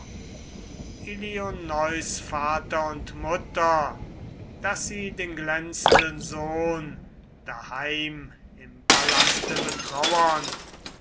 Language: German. vater und mutter daß sie den glänzenden sohn daheim im palaste betrauern